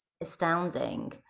astounding